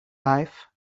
life